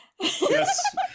yes